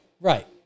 Right